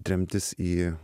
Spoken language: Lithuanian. tremtis į